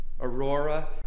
Aurora